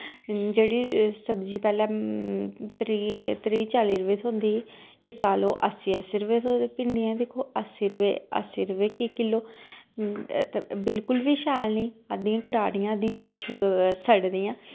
जेह्ड़ी सब्जी पैह्ले त्रीह् त्रीह् चाली रपेऽ थ्होंदी ही इस साल ओह् अस्सी अस्सी रपेऽ थ्होऐ दी भिंडियां दिक्खो अस्सी रपेऽ अस्सी रपेऽ किलो ते बिलकुल बी शैल नेईं अद्धियां कराडियां अद्धियां कुछ सड़ी दियां